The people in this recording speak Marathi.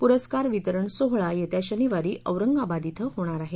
पुरस्कार वितरण सोहळा येत्या शनिवारी औरंगाबाद इथं होणार आहे